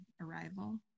Arrival